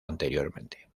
anteriormente